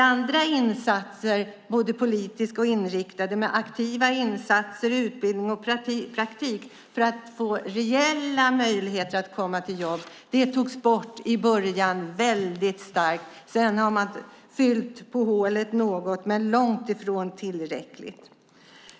Andra insatser, både politiska och inriktade aktiva insatser med utbildning och praktik för att få reella möjligheter att komma till jobb, togs bort i början. Sedan har man fyllt på något, men långt ifrån tillräckligt.